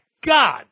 God